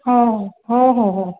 हो हो हो हो हो